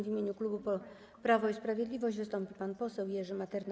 W imieniu klubu Prawo i Sprawiedliwość wystąpi pan poseł Jerzy Materna.